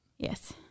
Yes